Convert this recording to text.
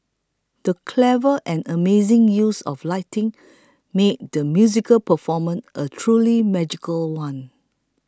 the clever and amazing use of lighting made the musical performance a truly magical one